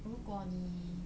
如果你